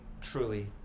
truly